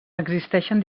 existeixen